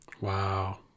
Wow